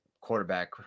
quarterback